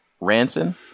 Ranson